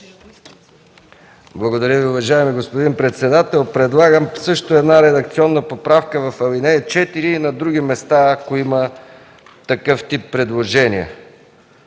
Благодаря Ви, уважаеми господин председател. Предлагам също една редакционна поправка в ал. 4 и на други места, ако има такъв тип предложения: